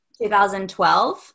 2012